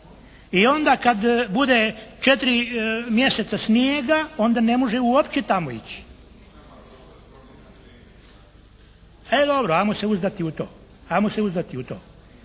I onda kad bude četiri mjeseca snijega, onda ne može uopće tamo ići. E, dobro 'ajmo se uzdati u to.